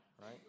right